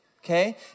Okay